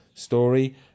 story